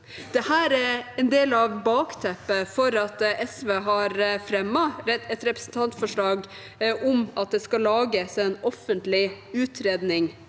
Dette er en del av bakteppet for at SV har fremmet et representantforslag om at det skal lages en offentlig utredning